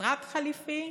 למשרד חליפי,